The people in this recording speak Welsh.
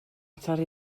chwarter